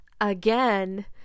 again